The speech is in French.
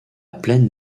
plaine